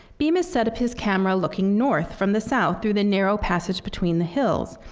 bemis set up his camera looking north from the south through the narrow passage between the hills.